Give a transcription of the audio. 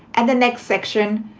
and the next section,